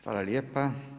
Hvala lijepa.